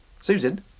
Susan